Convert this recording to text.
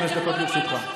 חמש דקות לרשותך.